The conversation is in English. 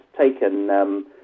taken